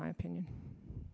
my opinion